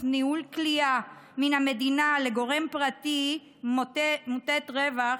'ניהול כליאה' מן המדינה לגורם פרטי מוטה רווח